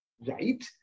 right